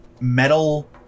metal